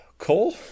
Cole